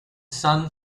sun